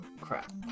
crap